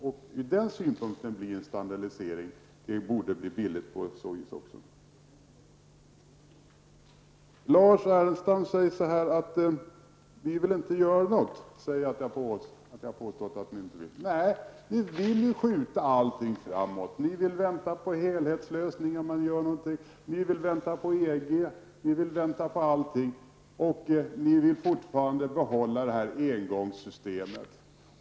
Ur den synpunkten borde en standardisering bli billig. Lars Ernestam säger att vi har påstått att ni inte vill göra något. Nej, ni vill ju skjuta allt på framtiden. Ni vill vänta på helhetslösningar innan ni gör någonting, ni vill vänta på EG, ni vill vänta på allting. Och ni vill fortfarande behålla engångssystemet.